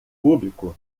público